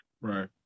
Right